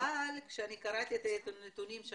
אבל כשקראתי את הנתונים בתחילת הדיון,